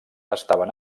estaven